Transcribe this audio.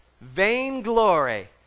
vainglory